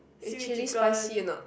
eh chill spicy or not